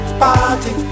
party